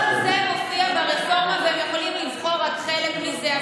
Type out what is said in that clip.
כל זה מופיע ברפורמה והם יכולים לבחור רק חלק מזה.